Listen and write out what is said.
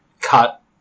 cut